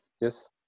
yes